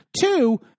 Two